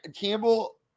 Campbell